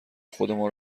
خودمان